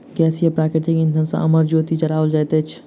गैसीय प्राकृतिक इंधन सॅ अमर ज्योति जराओल जाइत अछि